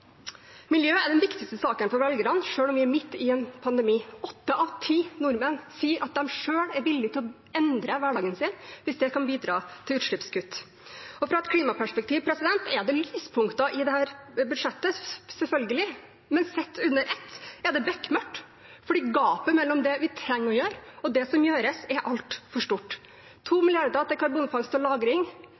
er den viktigste saken for velgerne, selv om vi er midt i en pandemi. Åtte av ti nordmenn sier at de selv er villige til å endre hverdagen sin hvis det kan bidra til utslippskutt. Fra et klimaperspektiv er det lyspunkter i dette budsjettet, selvfølgelig, men sett under ett er det bekmørkt, fordi gapet mellom det vi trenger å gjøre, og det som gjøres, er altfor stort. 2 mrd. kr til karbonfangst og